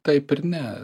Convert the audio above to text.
taip ir ne